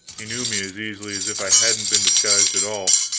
he knew me as easily as if i hadn't been disguised at all.